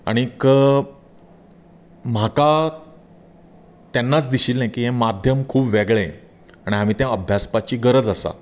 आनीक म्हाका तेन्नाच दिशिल्लें की हें माध्यम खूब वेगळें आनी हांवें तें अभ्यासपाची गरज आसा